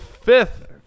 Fifth